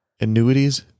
Annuities